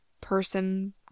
person